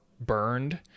burned